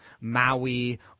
Maui